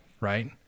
right